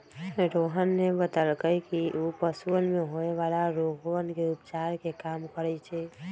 रोहन ने बतल कई कि ऊ पशुवन में होवे वाला रोगवन के उपचार के काम करा हई